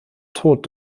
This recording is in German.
tod